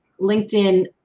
LinkedIn